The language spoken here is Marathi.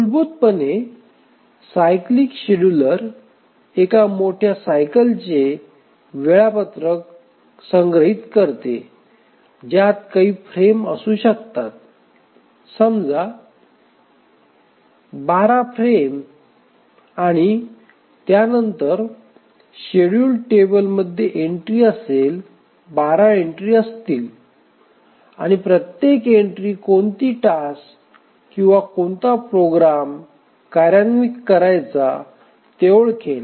मूलभूतपणे सायक्लीक शेड्यूलर एका मोठ्या सायकलचे वेळापत्रक संग्रहित करते ज्यात काही फ्रेम असू शकतात समजा 12 फ्रेम आणि त्यानंतर शेड्यूल टेबलमध्ये एंट्री असेल 12 एंट्री असतील आणि प्रत्येक एंट्री कोणती टास्क किंवा कोणता प्रोग्राम्स कार्यान्वित करायची ते ओळखेल